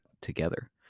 together